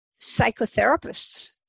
psychotherapists